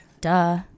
duh